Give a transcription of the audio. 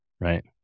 Right